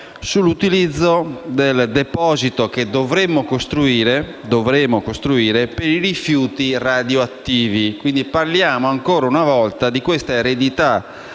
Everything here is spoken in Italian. sull’utilizzo del deposito che dovremo costruire per i rifiuti radioattivi. Parliamo ancora una volta di questa eredità